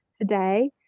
today